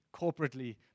corporately